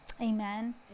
Amen